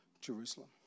Jerusalem